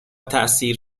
تاثیر